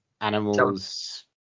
animals